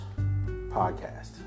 podcast